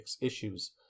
issues